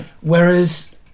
Whereas